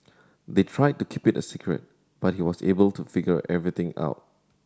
they tried to keep it a secret but he was able to figure everything out